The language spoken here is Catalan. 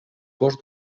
gos